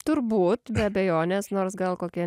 turbūt be abejonės nors gal kokie